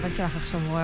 אני מחדש את הישיבה.